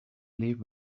leave